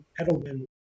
Edelman